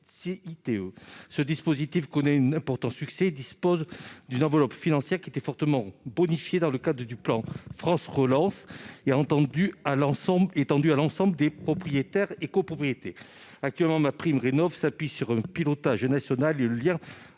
(CITE). Ce dispositif, qui connaît un important succès, dispose d'une enveloppe financière qui a été fortement bonifiée dans le cadre du plan France Relance. Il a été étendu à l'ensemble des propriétaires et copropriétés. Actuellement, MaPrimeRénov's'appuie sur un pilotage national, et le lien